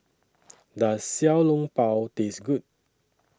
Does Xiao Long Bao Taste Good